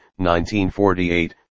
1948